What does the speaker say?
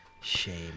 Shame